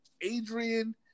Adrian